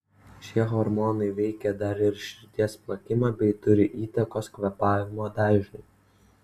šie hormonai veikia dar ir širdies plakimą bei turi įtakos kvėpavimo dažniui